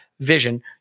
vision